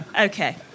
Okay